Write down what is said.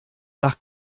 nach